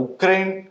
Ukraine